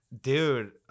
Dude